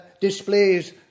displays